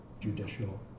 judicial